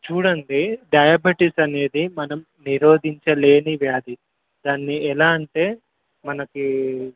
చూడండి డయాబెటీస్ అనేది మనం నిరోధించలేని వ్యాధి దాన్ని ఎలా అంటే మనకి